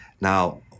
Now